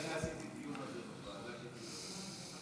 אני הרי עשיתי דיון על זה בוועדה, עכשיו,